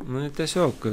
nu tiesiog